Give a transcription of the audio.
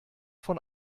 von